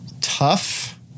tough